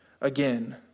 again